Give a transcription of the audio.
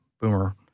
boomer